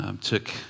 took